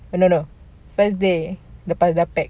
eh no no first day lepas dah pack